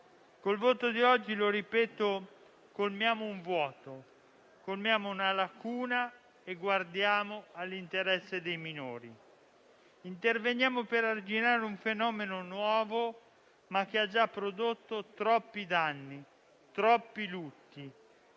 Col voto di oggi - lo ripeto - colmiamo un vuoto, colmiamo una lacuna e guardiamo all'interesse dei minori. Interveniamo per arginare un fenomeno che, seppure nuovo, ha già prodotto troppi danni e lutti,